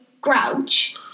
Grouch